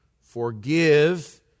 Forgive